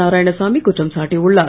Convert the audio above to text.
நாராயணசாமி குற்றம் சாட்டியுள்ளார்